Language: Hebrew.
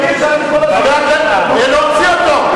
אי-אפשר כל הזמן, להוציא אותו.